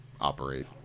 operate